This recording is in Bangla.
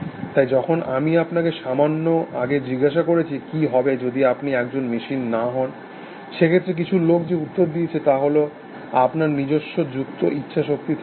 তাই যখন আমি আপনাকে সামান্য আগে জিজ্ঞাসা করেছি কি হবে যদি আপনি একজন মেশিন না হন সেক্ষেত্রে কিছু লোক যে উত্তর দিয়েছে তা হল আপনার নিজস্ব মুক্ত ইচ্ছা শক্তি থাকবে